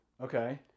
okay